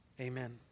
Amen